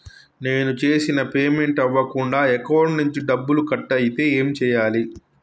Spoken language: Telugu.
నేను చేసిన పేమెంట్ అవ్వకుండా అకౌంట్ నుంచి డబ్బులు కట్ అయితే ఏం చేయాలి?